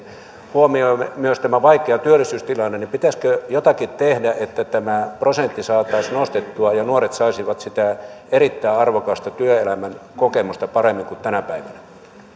huomioiden myös tämän vaikean työllisyystilanteen pitäisikö jotakin tehdä että tämä prosentti saataisiin nostettua ja nuoret saisivat sitä erittäin arvokasta työelämän kokemusta paremmin kuin tänä päivänä